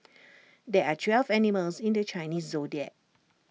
there are twelve animals in the Chinese Zodiac